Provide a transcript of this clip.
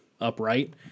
upright